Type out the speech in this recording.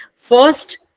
first